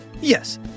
Yes